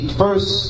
first